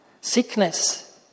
Sickness